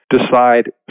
decide